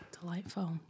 Delightful